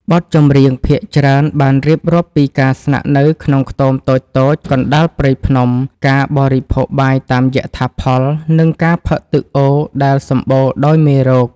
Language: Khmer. បទចម្រៀងភាគច្រើនបានរៀបរាប់ពីការស្នាក់នៅក្នុងខ្ទមតូចៗ កណ្តាលព្រៃភ្នំ ការបរិភោគបាយតាមយថាផល និងការផឹកទឹកអូរដែលសម្បូរដោយមេរោគ។